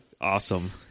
Awesome